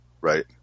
right